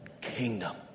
kingdom